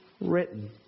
written